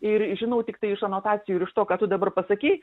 ir žinau tiktai iš anotacijų ir iš to ką tu dabar pasakei